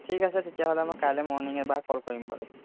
ঠিক আছে তেতিয়াহ'লে মই কাইলৈ মৰ্ণিং এবাৰ কল কৰিম বাৰু